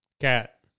Cat